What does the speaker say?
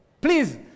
Please